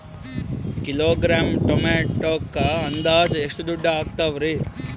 Kilogram ಟೊಮೆಟೊಕ್ಕ ಅಂದಾಜ್ ಎಷ್ಟ ದುಡ್ಡ ಅಗತವರಿ?